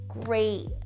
great